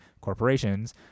corporations